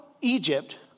Egypt